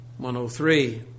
103